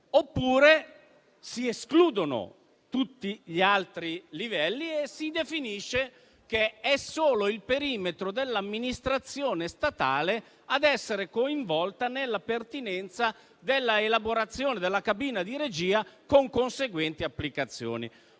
oppure si escludono tutti gli altri livelli e si definisce che è solo il perimetro dell'amministrazione statale ad essere coinvolta nella pertinenza dell'elaborazione della cabina di regia, con conseguenti applicazioni.